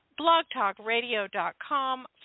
blogtalkradio.com